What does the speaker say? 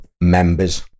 members